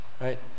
Right